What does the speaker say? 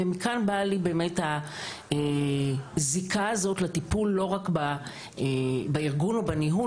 ומכאן באה לי באמת הזיקה לטיפול לא רק בארגון ובניהול,